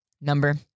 number